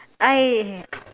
I